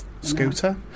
Scooter